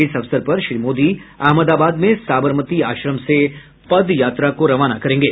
इस अवसर पर श्री मोदी अहमदाबाद में साबरमती आश्रम से पदयात्रा को रवाना करेंगे